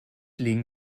legen